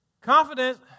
Confidence